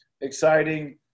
exciting